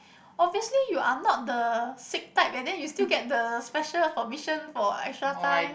obviously you are not the sick type and then you still get the special permission for extra time